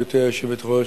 גברתי היושבת-ראש,